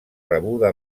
rebuda